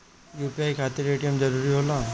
UPI खातिर ATM जरूरी होला?